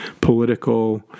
political